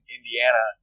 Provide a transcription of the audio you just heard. Indiana